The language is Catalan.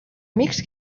amics